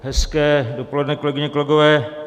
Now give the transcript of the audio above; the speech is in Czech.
Hezké dopoledne, kolegyně, kolegové.